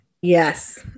yes